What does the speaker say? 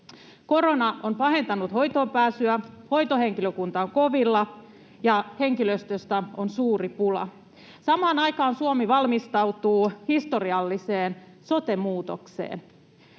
Korona on pahentanut hoitoonpääsyä, hoitohenkilökunta on kovilla, ja henkilöstöstä on suuri pula. Samaan aikaan Suomi valmistautuu historialliseen sote-muutokseen.